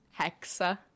hexa